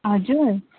हजुर